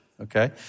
okay